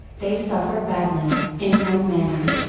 they suffer badly, in one manner.